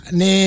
ne